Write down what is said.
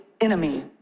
enemy